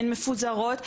הן מפוזרות,